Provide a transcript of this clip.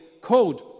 code